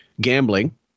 Gambling